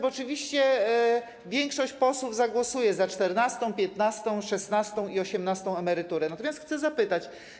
Oczywiście większość posłów zagłosuje za czternastą, piętnastą, szesnastą i osiemnastą emeryturą, natomiast chcę zapytać: